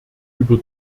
über